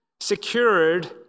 secured